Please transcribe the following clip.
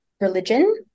religion